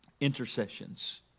intercessions